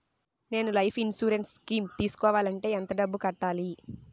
నేను life insurance scheme తీసుకోవాలంటే ఎంత డబ్బు కట్టాలి?